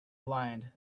blind